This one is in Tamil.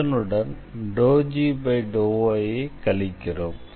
அதனுடன் ∂g∂y ஐ கழிக்கிறோம்